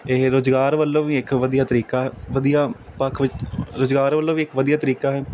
ਇਹ ਰੁਜ਼ਗਾਰ ਵੱਲੋਂ ਵੀ ਇੱਕ ਵਧੀਆ ਤਰੀਕਾ ਵਧੀਆ ਪੱਖ ਰੁਜ਼ਗਾਰ ਵੱਲੋਂ ਵੀ ਇੱਕ ਵਧੀਆ ਤਰੀਕਾ